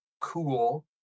cool